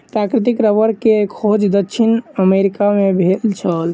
प्राकृतिक रबड़ के खोज दक्षिण अमेरिका मे भेल छल